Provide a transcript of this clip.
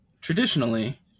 traditionally